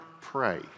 pray